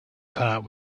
part